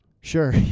Sure